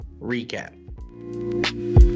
Recap